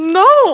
no